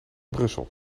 brussel